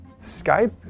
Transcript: Skype